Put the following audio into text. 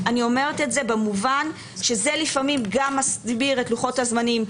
אני אומרת את זה במובן שזה לפעמים גם מסביר את לוחות הזמנים,